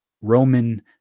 roman